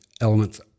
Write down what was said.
elements